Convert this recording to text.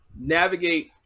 navigate